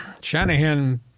Shanahan